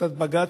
החלטת בג"ץ,